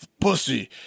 pussy